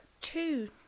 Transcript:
two